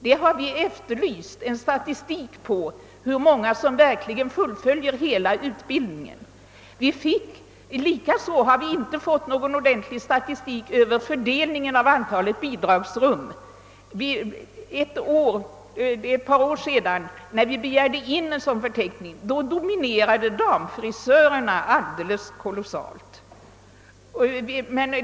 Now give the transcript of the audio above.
Vi har efterlyst en statistik på hur många som verkligen fullföljer den. Vi har inte fått någon sådan statistik. Inte heller har vi fått statistik över fördelningen av antalet bidragsrum. När vi för ett par år sedan begärde en sådan förteckning dominerade damfrisörerna kolossalt.